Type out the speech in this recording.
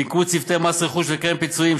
ביקרו צוותי מס רכוש וקרן פיצויים,